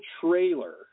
trailer